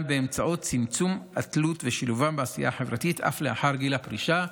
באמצעות צמצום התלות ושילובם בעשיה החברתית אף לאחר גיל הפרישה.